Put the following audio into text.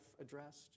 addressed